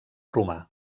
romà